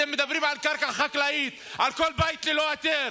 אתם מדברים על קרקע חקלאית, על כל בית ללא היתר.